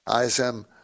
ISM